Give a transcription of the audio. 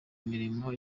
imirimo